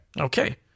Okay